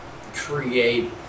create